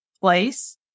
place